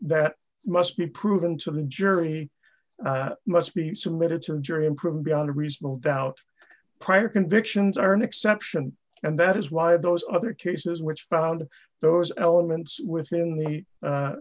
that must be proven to the jury must be submitted to a jury improve beyond a reasonable doubt prior convictions are an exception and that is why those other cases which found those elements within the